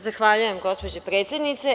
Zahvaljujem, gospođo predsednice.